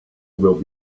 will